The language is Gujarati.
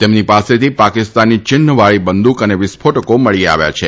તેમની પાસેથી પાકિસ્તાની ચિહ્નવાળી બંદુક અને વિસ્ફોટકો મળી આવ્યા છે